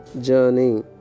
journey